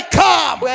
come